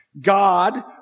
God